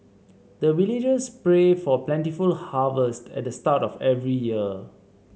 the villagers pray for plentiful harvest at the start of every year